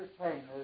entertainers